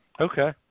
Okay